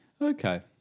Okay